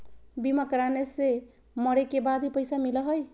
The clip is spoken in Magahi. बीमा कराने से मरे के बाद भी पईसा मिलहई?